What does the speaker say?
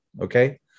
okay